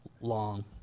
long